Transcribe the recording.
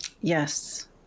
Yes